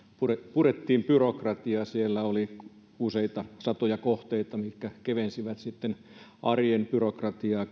purettiin byrokratiaa siellä oli useita satoja kohteita mitkä kevensivät arjen byrokratiaa